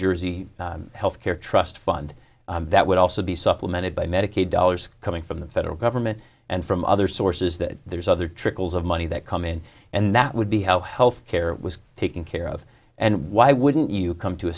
jersey health care trust fund that would also be supplemented by medicaid dollars coming from the federal government and from other sources that there's other trickles of money that come in and that would be how health care was taken care of and why wouldn't you come to a